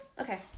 Okay